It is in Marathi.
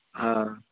हां